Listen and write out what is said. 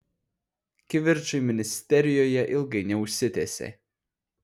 kivirčai ministerijoje ilgai neužsitęsė